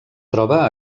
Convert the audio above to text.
troba